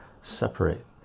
separate